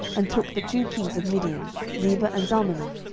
and took the two kings of midian, zebah and zalmunna,